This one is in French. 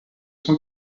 cent